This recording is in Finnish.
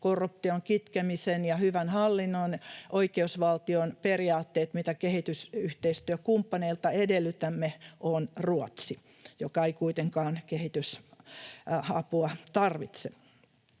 korruption kitkemisen ja hyvän hallinnon, oikeusvaltion periaatteet, mitä kehitysyhteistyökumppaneilta edellytämme, on Ruotsi, joka ei kuitenkaan kehitysapua tarvitse.